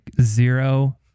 zero